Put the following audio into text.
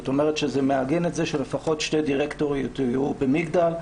זאת אומרת שזה מעגן שלפחות שתי דירקטוריות יהיו במגדל.